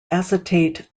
acetate